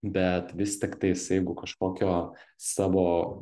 bet vis tiktais jeigu kažkokio savo